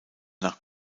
nach